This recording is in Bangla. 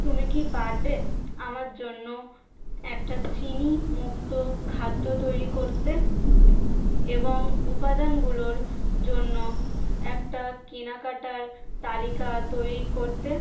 তুমি কি পারবে আমার জন্য একটা চিনি মুক্ত খাদ্য তৈরি করতে এবং উপাদানগুলোর জন্য একটা কেনাকাটার তালিকা তৈরি করতে